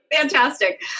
fantastic